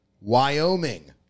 Wyoming